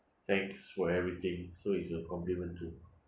thanks for everything so it's a compliment too